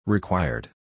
Required